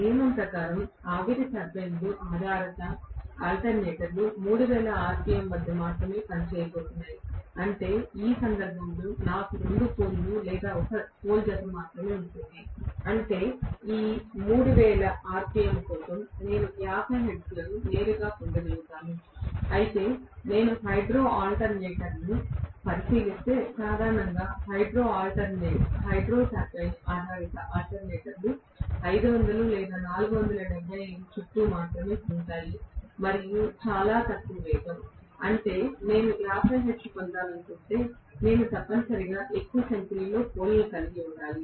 నియమం ప్రకారం ఆవిరి టర్బైన్ ఆధారిత ఆల్టర్నేటర్లు 3000 rpm వద్ద పని చేయబోతున్నాయి అంటే ఈ సందర్భంలో నాకు రెండు పోల్ లు లేదా ఒక పోల్ జత మాత్రమే ఉంటుంది అంటే ఈ 3000 rpm కోసం నేను 50 హెర్ట్జ్లను నేరుగా పొందగలుగుతాను అయితే నేను హైడ్రో ఆల్టర్నేటర్ను పరిశీలిస్తే సాధారణంగా అన్ని హైడ్రో టర్బైన్ ఆధారిత ఆల్టర్నేటర్లు 500 లేదా 475 చుట్టూ మాత్రమే తిరుగుతాయి మరియు చాలా తక్కువ వేగం అంటే నేను 50 హెర్ట్జ్ పొందాలనుకుంటే నేను తప్పనిసరిగా ఎక్కువ సంఖ్యలో పోల్ లను కలిగి ఉండాలి